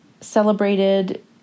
celebrated